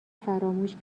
فراموش